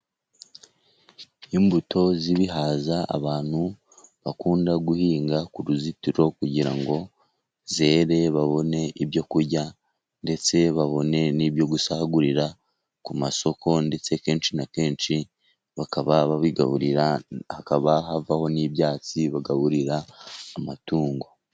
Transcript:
Imbuto z'ibihaza abantu bakunda guhinga ku ruzitiro kugira ngo zere babone ibyo kurya, ndetse babone n'ibyo gusagurira ku masoko, ndetse kenshi na kenshi hakaba havamo n'ibyatsi bagaburira amatungo.